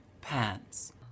pants